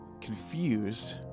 confused